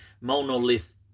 monolith